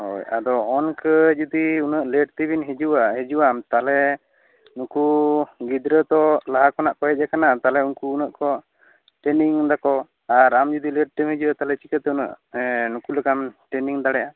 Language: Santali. ᱦᱳᱭ ᱟᱫᱚ ᱚᱱᱠᱟ ᱡᱩᱫᱤ ᱩᱱᱟᱹᱜ ᱞᱮᱹᱴ ᱛᱮᱵᱮᱱ ᱦᱤᱡᱩᱜᱼᱟ ᱦᱤᱡᱩᱜ ᱟᱢ ᱛᱟᱦᱚᱞᱮ ᱱᱩᱠᱩ ᱜᱤᱫᱽᱨᱟᱹ ᱛᱚ ᱞᱟᱦᱟ ᱠᱷᱚᱱᱟᱜ ᱠᱚ ᱦᱮᱡ ᱟᱠᱟᱱᱟ ᱛᱟᱦᱚᱞᱮ ᱩᱱᱠᱩ ᱩᱱᱟᱹᱜ ᱠᱚ ᱴᱨᱮᱱᱤᱝ ᱮᱫᱟ ᱠᱚ ᱟᱨ ᱟᱢ ᱡᱩᱫᱤ ᱞᱮᱹᱴ ᱛᱮᱢ ᱦᱤᱡᱩᱜᱼᱟ ᱛᱟᱦᱚᱞᱮ ᱪᱤᱠᱟᱹᱛᱮ ᱩᱱᱟᱹᱜ ᱱᱩᱠᱩ ᱞᱮᱠᱟᱢ ᱴᱨᱮᱱᱤᱝ ᱫᱟᱲᱮᱜᱼᱟ